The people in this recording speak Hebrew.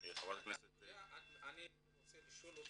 חברת הכנסת --- אני רוצה לשאול אותך,